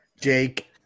Jake